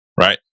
Right